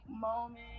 moment